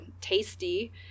tasty